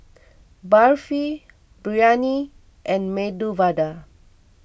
Barfi Biryani and Medu Vada